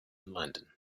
london